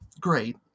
great